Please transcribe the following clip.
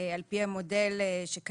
על פי המודל שקיים,